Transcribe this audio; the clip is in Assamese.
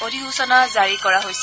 অধিসচনা জাৰি কৰা হৈছে